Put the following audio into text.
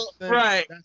Right